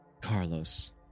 Carlos